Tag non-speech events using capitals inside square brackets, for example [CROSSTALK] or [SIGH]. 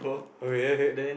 okay [NOISE]